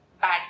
bad